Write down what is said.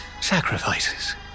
sacrifices